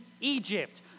egypt